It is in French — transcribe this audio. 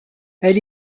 elle